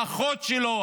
האחות שלו,